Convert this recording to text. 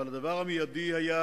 אבל הדבר המיידי היה